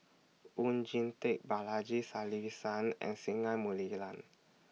Oon Jin Teik Balaji Sadasivan and Singai Mukilan